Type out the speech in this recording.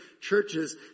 churches